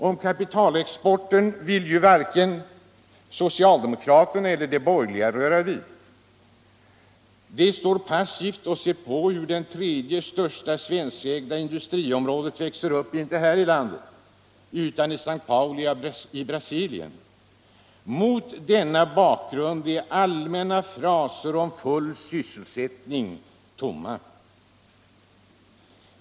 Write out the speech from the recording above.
Och kapitalexporten vill ju varken socialdemokraterna cliter de borgerliga röra vid. De står passivt och ser på hur det tredje största svenskägda industriområdet växer upp, inte här i landet, utan i Såo Paulo i Brasilien. Mot denna bakgrund är allmänna fraser om full svsselsättning tomma.